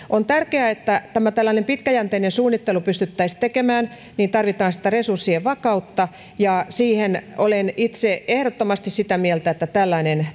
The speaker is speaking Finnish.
on tärkeää että jotta tällainen pitkäjänteinen suunnittelu pystyttäisiin tekemään niin tarvitaan sitä resurssien vakautta ja olen itse ehdottomasti sitä mieltä että siihen tällainen